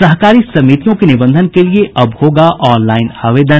सहकारी समितियों के निबंधन के लिए अब होगा ऑनलाईन आवेदन